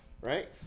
Right